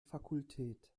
fakultät